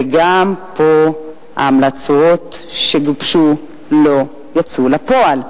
וגם פה ההמלצות שגובשו לא יצאו לפועל.